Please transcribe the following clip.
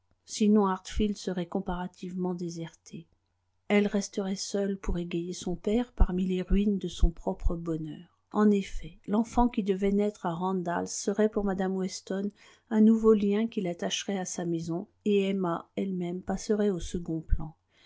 sinon hartfield serait comparativement déserté elle resterait seule pour égayer son père parmi les ruines de son propre bonheur en effet l'enfant qui devait naître à randalls serait pour mme weston un nouveau lien qui l'attacherait à sa maison et emma elle-même passerait au second plan